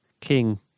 King